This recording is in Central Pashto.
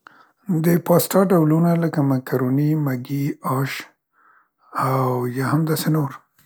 د پاستا ډولونه لکه مکروني، مګي، اش او یا هم داسې نور.